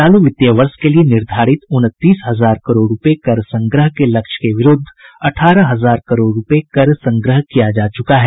चालू वित्तीय वर्ष के लिए निर्धारित उनतीस हजार करोड़ रूपये कर संग्रह के लक्ष्य के विरुद्ध अठारह हजार करोड़ रूपये कर संग्रह किया जा चुका है